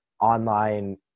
online